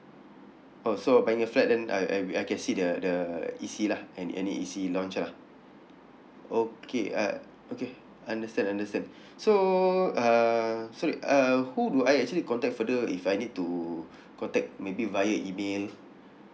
oh so buying a flat then I I we I see the the E_C lah and any E_C launch ah okay uh okay understand understand so uh sorry uh who do I actually contact further if I need to contact maybe via email